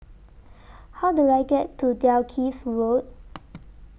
How Do I get to Dalkeith Road